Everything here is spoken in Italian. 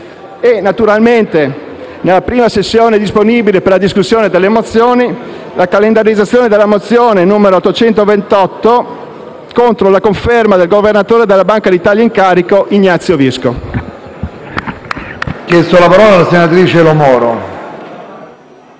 e naturalmente, nella prima sessione disponibile per la discussione delle mozioni, la calendarizzazione della mozione n. 828 contro la conferma del governatore della Banca d'Italia in carica, Ignazio Visco.